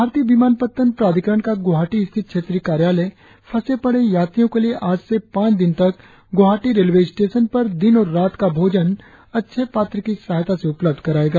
भारतीय विमानपत्तन प्राधिकरण का गुवाहाटी स्थित क्षेत्रीय कार्यालय फंसे पड़े यात्रियों के लिए आज से पांच दिन तक गुवाहाटी रेलवें स्टेशन पर दिन और रात का भोजन अक्षयपात्र की सहायता से उपलब्ध कराएगा